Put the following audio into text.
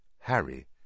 Harry